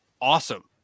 awesome